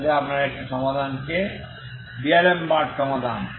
যাতে আপনার একটি সমাধান থাকে ডএলেম্বার্ট এর Dalembert সমাধান